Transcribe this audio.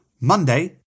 Monday